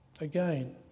Again